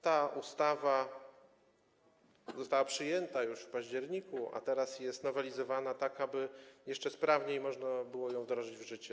Ta ustawa została przyjęta już w październiku, a teraz jest nowelizowana, tak aby jeszcze sprawniej można było ją wdrożyć w życie.